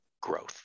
growth